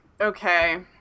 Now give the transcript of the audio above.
Okay